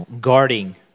guarding